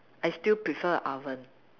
I still prefer oven